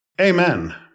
Amen